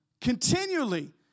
continually